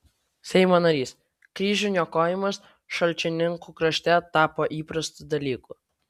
seimo narys kryžių niokojimas šalčininkų krašte tapo įprastu dalyku